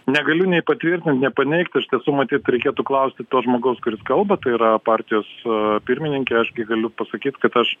negaliu nei patvirtint nei nepaneigt iš tiesų matyt reikėtų klausti to žmogaus kuris kalba tai yra partijos pirmininkė aš gi galiu pasakyt kad aš